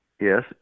Yes